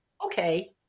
okay